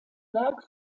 werk